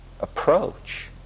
approach